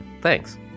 thanks